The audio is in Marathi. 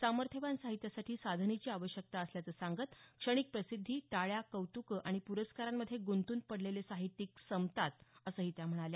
सामर्थ्यवान साहित्यासाठी साधनेची आवश्यकता असल्याचं सांगत क्षणिक प्रसिध्दी टाळ्या कौतक आणि पुरस्कारांमध्ये गुंतून पडलेले साहित्यिक संपतात असंही त्या म्हणाल्या